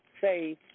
say